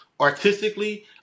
artistically